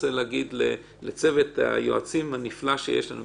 אני רוצה להגיד לצוות היועצים הנפלא שיש לנו,